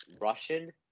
Russian